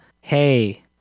hey